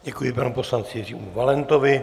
Děkuji panu poslanci Jiřímu Valentovi.